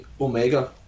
Omega